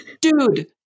Dude